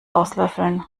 auslöffeln